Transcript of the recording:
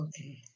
Okay